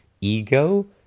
ego